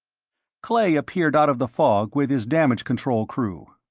clay appeared out of the fog with his damage control crew.